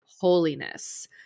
holiness